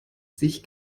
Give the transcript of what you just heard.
sich